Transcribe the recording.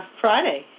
Friday